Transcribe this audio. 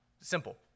Simple